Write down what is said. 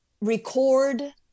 record